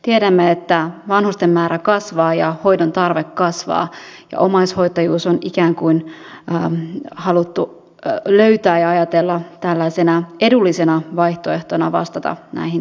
tiedämme että vanhusten määrä kasvaa ja hoidon tarve kasvaa ja omaishoitajuus on ikään kuin haluttu löytää ja ajatella tällaisena edullisena vaihtoehtona vastata näihin tarpeisiin